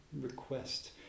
request